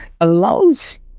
allows